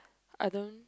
I don't